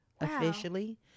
officially